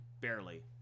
Barely